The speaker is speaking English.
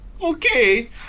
Okay